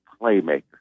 playmaker